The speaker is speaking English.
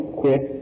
quit